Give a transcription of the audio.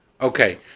Okay